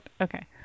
Okay